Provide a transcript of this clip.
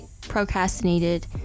procrastinated